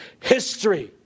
history